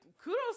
kudos